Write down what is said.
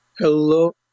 Hello